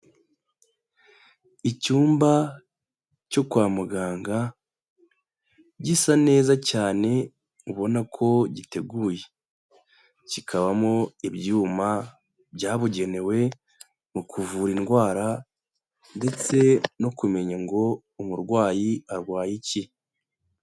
Icyumba cyo kwa muganga, gisa neza cyane ubona ko giteguye. Kikabamo ibyuma byabugenewe mu kuvura indwara, ndetse no kumenya ngo umurwayi arwaye iki.